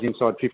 inside